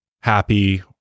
happy